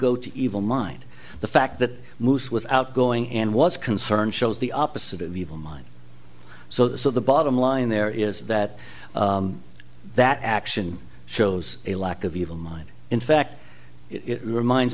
go to evil mind the fact that moose was outgoing and was concerned shows the opposite of evil mind so the bottom line there is that that action shows a lack of evil mind in fact it reminds